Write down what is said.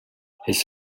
his